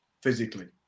physically